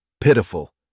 Pitiful